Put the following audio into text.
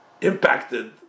impacted